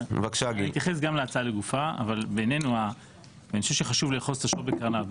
אני אתייחס גם להצעה לגופה אבל אני חושב שחשוב לאחוז את השור בקרניו.